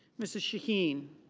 mrs. shaheen,